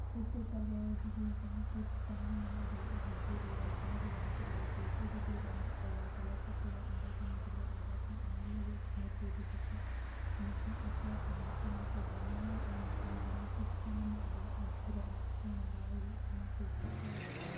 ᱯᱚᱭᱥᱟ ᱛᱟᱞᱮ ᱡᱩᱫᱤ ᱡᱟᱦᱟᱸ ᱛᱤᱥ ᱡᱟᱦᱟᱸᱭᱟᱜ ᱨᱩᱣᱟᱹᱜ ᱦᱟᱹᱥᱩ ᱨᱮ ᱪᱟᱥᱵᱟᱥ ᱨᱮ ᱯᱚᱭᱥᱟ ᱡᱩᱫᱤ ᱵᱟᱹᱱᱩᱜ ᱛᱟᱭᱟ ᱜᱚᱲᱚ ᱥᱚᱯᱚᱦᱫ ᱚᱸᱰᱮ ᱠᱷᱚᱱ ᱜᱮᱞᱮ ᱚᱰᱳᱠᱟ ᱚᱱᱟ ᱞᱟᱹᱜᱤᱫ ᱥᱚᱢᱤᱛᱤ ᱨᱮᱫᱚ ᱠᱚ ᱢᱮᱥᱟᱜ ᱟᱠᱚ ᱥᱚᱝᱜᱚᱴᱷᱚᱱ ᱦᱚᱸᱠᱚ ᱵᱮᱱᱟᱣᱟ ᱮᱱᱠᱷᱟᱱ ᱡᱟᱦᱟᱸ ᱛᱤᱥ ᱡᱟᱦᱟᱱᱟᱜ ᱨᱩᱣᱟᱹ ᱦᱟᱥᱩᱨᱮ ᱮᱸᱴᱠᱮᱴᱚᱬᱮ ᱵᱟᱭ ᱦᱩᱭᱩᱜ ᱛᱟᱢᱟ ᱯᱚᱭᱥᱟ ᱠᱚ